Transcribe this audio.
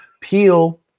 Peel